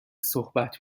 صحبت